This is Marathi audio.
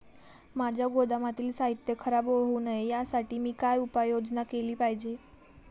माझ्या गोदामातील साहित्य खराब होऊ नये यासाठी मी काय उपाय योजना केली पाहिजे?